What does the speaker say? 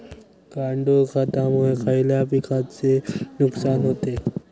गांडूळ खतामुळे खयल्या पिकांचे नुकसान होते?